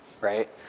right